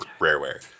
Rareware